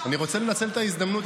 אני רוצה לנצל את ההזדמנות,